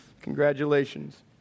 Congratulations